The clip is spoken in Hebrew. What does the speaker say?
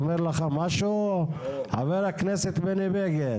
אומר לך משהו חבר הכנסת בני בגין?